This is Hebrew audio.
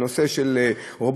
בנושא של רובוטיקה,